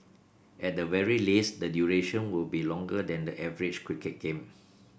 at the very least the duration will be longer than the average cricket game